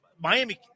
Miami